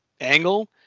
angle